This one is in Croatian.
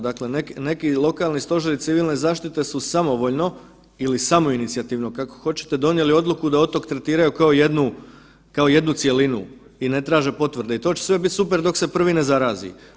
Dakle, neki lokalni stožeri civilne zaštite su samovoljno ili samoinicijativno, kako hoćete, donijeli odluku da otok tretiraju kao jednu cjelinu i ne traže potvrde i to će sve biti super dok se prvi ne zarazi.